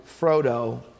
Frodo